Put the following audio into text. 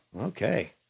okay